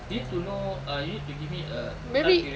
need to know ah you need to give me a time period